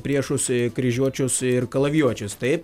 priešus kryžiuočius ir kalavijuočius taip